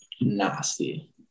nasty